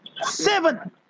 Seven